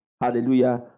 hallelujah